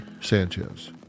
Sanchez